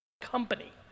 company